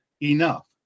enough